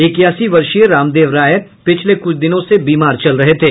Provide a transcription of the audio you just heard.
इक्यासी वर्षीय रामदेव राय पिछले कुछ दिनों से बीमार चल रहे थे